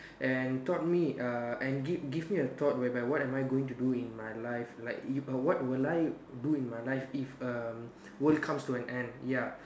and taught me uh and give give me a thought whereby what am I going to do in my life like if what if will I do in my life if um world comes to an end ya